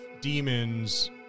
demons